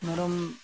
ᱢᱮᱨᱚᱢ